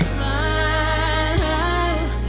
Smile